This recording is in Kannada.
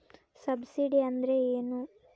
ಸಬ್ಸಿಡಿ ಅಂದ್ರೆ ಏನು?